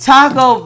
Taco